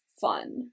fun